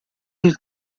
del